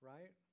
Right